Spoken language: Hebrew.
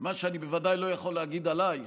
מה שאני בוודאי לא יכול להגיד עלייך.